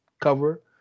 cover